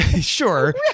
sure